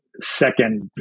second